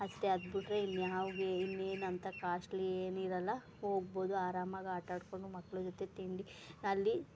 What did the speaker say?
ಅಷ್ಟೇ ಅದುಬಿಟ್ರೆ ಇನ್ಯಾವುದೆ ಇನ್ನೇನು ಅಂಥ ಕಾಸ್ಟ್ಲಿ ಏನಿರೋಲ್ಲ ಹೋಗ್ಬೋದು ಆರಾಮಾಗಿ ಆಟ ಆಡ್ಕೊಂಡು ಮಕ್ಳ ಜೊತೆ ತಿಂಡಿ ಅಲ್ಲಿ